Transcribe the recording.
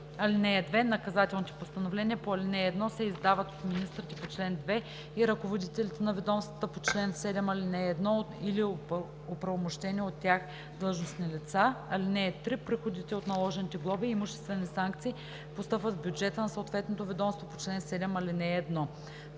(2) Наказателните постановления по ал. 1 се издават от министрите по чл. 2 и ръководителите на ведомствата по чл. 7, ал. 1 или от оправомощени от тях длъжностни лица. (3) Приходите от наложените глоби и имуществени санкции постъпват в бюджета на съответното ведомство по чл. 7, ал. 1.“